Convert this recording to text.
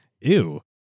ew